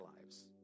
lives